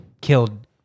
killed